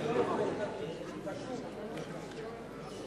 כבר יכול להתקדם לכיוון, בניחותא, כמובן.